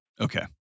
Okay